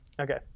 Okay